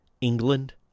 england